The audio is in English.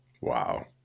Wow